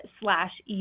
slash